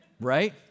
right